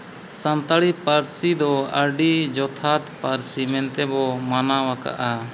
ᱥᱟᱱᱛᱟᱲᱤ ᱯᱟᱹᱨᱥᱤ ᱫᱚ ᱟᱹᱰᱤ ᱡᱚᱛᱷᱟᱛ ᱯᱟᱹᱨᱥᱤ ᱢᱮᱱᱛᱮ ᱵᱚ ᱢᱟᱱᱟᱣ ᱟᱠᱟᱫᱼᱟ